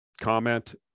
comment